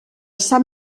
sant